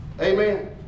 Amen